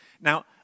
Now